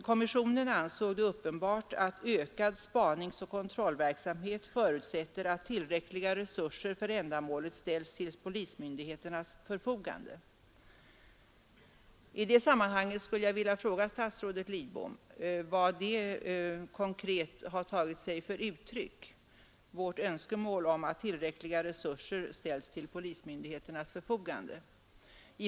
Kommissionen ansåg det uppenbart att ökad spaningsoch kontrollverksamhet förutsätter att tillräckliga resurser för ändamålet ställs till polismyndigheternas förfogande. I det sammanhanget skulle jag vilja fråga statsrådet Lidbom vad vårt önskemål om att tillräckliga resurser ställs till polismyndigheternas förfogande konkret har tagit för uttryck.